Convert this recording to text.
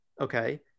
Okay